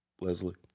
Leslie